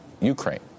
Ukraine